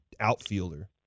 outfielder